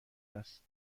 است